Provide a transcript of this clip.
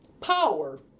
power